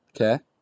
Okay